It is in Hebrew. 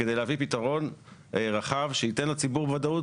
כדי להביא פתרון רכב שייתן לציבור ודאות,